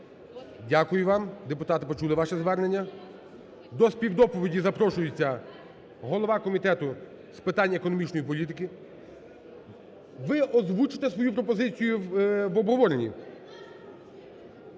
Дякую вам, депутати почули ваше звернення. До співдоповіді запрошується голова Комітету з питань економічної політики. Ви озвучите свою пропозицію в обговоренні.